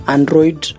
Android